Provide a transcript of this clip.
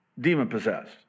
Demon-possessed